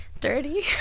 Dirty